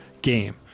game